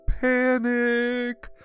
Panic